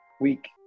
week